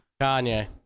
Kanye